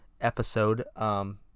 Episode